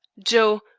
joe,